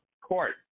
court